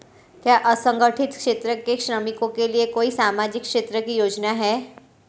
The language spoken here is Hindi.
क्या असंगठित क्षेत्र के श्रमिकों के लिए कोई सामाजिक क्षेत्र की योजना है?